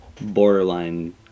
borderline